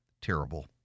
terrible